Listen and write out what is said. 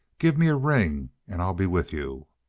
gimme a ring and i'll be with you.